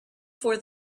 for